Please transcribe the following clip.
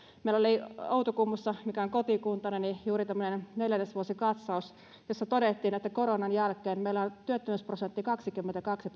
meillä oli outokummussa mikä on kotikuntani juuri tämmöinen neljännesvuosikatsaus jossa todettiin että koronan jälkeen meillä kunnassa työttömyysprosentti on kaksikymmentäkaksi